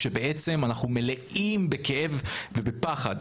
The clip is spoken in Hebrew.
כשבעצם אנחנו מלאים בכאב ובפחד.